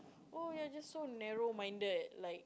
oh ya just so narrow minded like